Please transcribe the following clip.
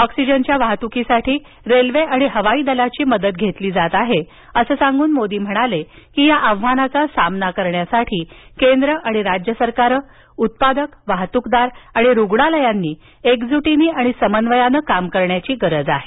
ऑक्सिजनच्या वाहतुकीसाठी रेल्वे आणि हवाई दलाची मदत घेतली जात आहे असं सांगूनमोदी म्हणाले की या आव्हानाचा सामना करण्यासाठी केंद्र आणि राज्य सरकारं उत्पादकवाहतूकदार आणि रुग्णालयांनी एकजूटीनं आणि समन्वयानं काम करण्याची गरज आहे